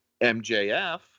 MJF